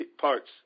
parts